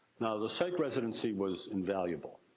now, the psych residency was invaluable.